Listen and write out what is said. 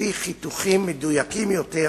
לפי חיתוכים מדויקים יותר,